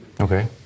Okay